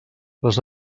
les